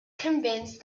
convinced